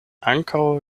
ankaŭ